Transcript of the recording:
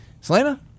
Selena